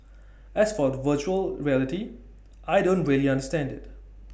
as for the Virtual Reality I don't really understand IT